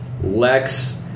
Lex